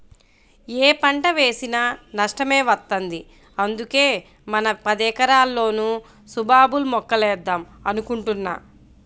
యే పంట వేసినా నష్టమే వత్తంది, అందుకే మన పదెకరాల్లోనూ సుబాబుల్ మొక్కలేద్దాం అనుకుంటున్నా